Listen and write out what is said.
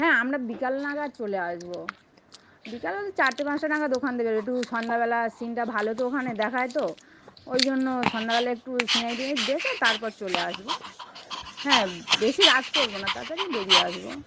হ্যাঁ আমরা বিকাল নাগাদ চলে আসবো বিকাল ওই চারটে পাঁচটা নাগাদ ওখান দে বেরবো একটু সন্ধ্যাবেলা সিনটা ভালো তো ওখানে দেখায় তো ওই জন্য সন্ধ্যাবেলা একটু ওই সিনারি টিনারি দেখে তারপর চলে আসবো হ্যাঁ বেশি রাত করবো না তাড়াতাড়িই বেরিয়ে আসবো